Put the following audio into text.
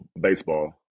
baseball